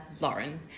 Lauren